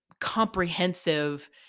comprehensive